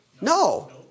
No